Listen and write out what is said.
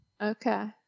Okay